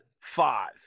five